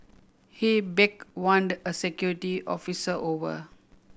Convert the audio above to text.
he a security officer over